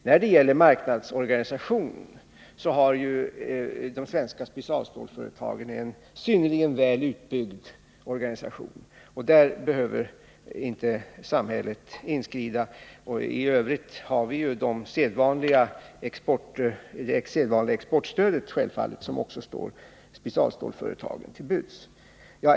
När det gäller marknadsorganisationen har de svenska specialstålsföretagen en synnerligen väl utbyggd organisation, och där behöver samhället inte inskrida. I övrigt har vi självfallet det sedvanliga exportstödet, som också står specialstålsföretagen till buds.